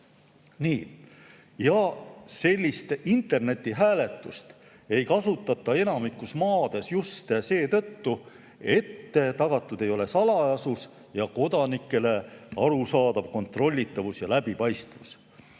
Sellist internetihääletust ei kasutata enamikus maades just seetõttu, et tagatud ei ole salajasus ning kodanikele arusaadav kontrollitavus ja läbipaistvus.